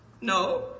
No